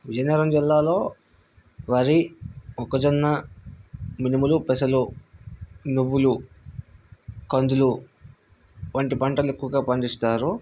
విజయనగరంజిల్లాలో వరి మొక్కజొన్న మినుములు పెసలు నువ్వులు కందులు వంటి పంటలు ఎక్కువగా పండిస్తారు